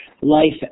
life